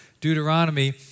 Deuteronomy